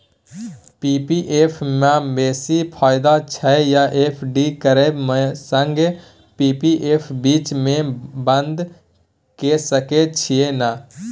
P P F म बेसी फायदा छै या एफ.डी करबै म संगे पी.पी एफ बीच म बन्द के सके छियै न?